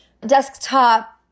desktop